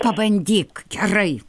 pabandyk gerai